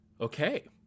Okay